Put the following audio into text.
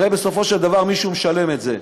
הרי בסופו של דבר מישהו משלם את זה.